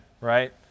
Right